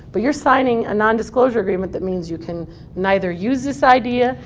but you're signing a nondisclosure agreement that means you can neither use this idea,